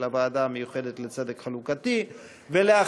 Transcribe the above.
הוועדה המיוחדת לצדק חלוקתי ולשוויון חברתי.